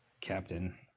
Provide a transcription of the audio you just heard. captain